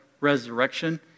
resurrection